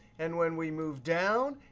and when we move down,